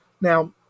Now